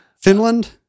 Finland